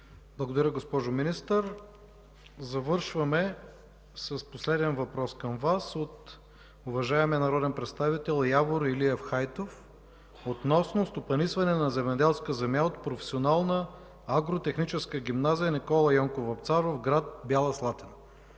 Благодаря, госпожо Министър. Завършваме с последен въпрос към Вас от уважаемия народен представител Явор Илиев Хайтов относно стопанисване на земеделска земя от Професионална агротехническа гимназия „Н. Й. Вапцаров”, град Бяла Слатина.